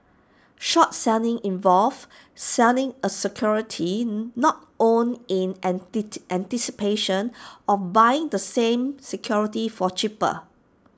short selling involves selling A security not owned in anticipation of buying the same security for cheaper